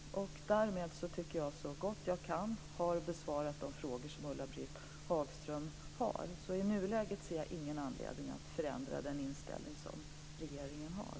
Därmed tycker jag att jag så gott jag kan har besvarat de frågor som Ulla-Britt Hagström har ställt. I nuläget ser jag således ingen anledning att förändra den inställning som regeringen har.